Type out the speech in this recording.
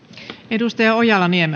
arvoisa puhemies